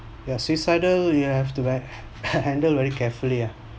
ya suicidal you have to wear handle very carefully